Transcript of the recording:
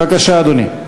בבקשה, אדוני.